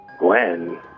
Gwen